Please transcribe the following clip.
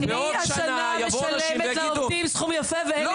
אז בעוד שנה יבואו אנשים ויגידו -- אני השנה